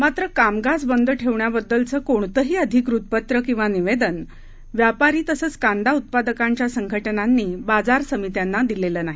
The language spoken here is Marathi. मात्र कामकाज बंद ठेवण्याबद्दलचं कोणतंही अधिकृत पत्र किंवा निवेदन व्यापारी तसंच कांदा उत्पादकांच्या संघटनांनी बाजार समित्यांना दिलेलं नाही